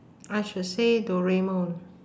I should say doraemon